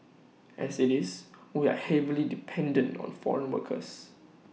as IT is we are heavily dependent on foreign workers